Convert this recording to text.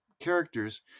characters